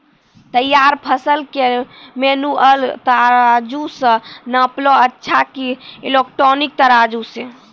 तैयार फसल के मेनुअल तराजु से नापना अच्छा कि इलेक्ट्रॉनिक तराजु से?